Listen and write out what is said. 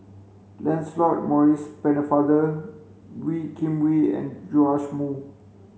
Lancelot Maurice Pennefather Wee Kim Wee and Joash Moo